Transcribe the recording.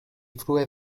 frue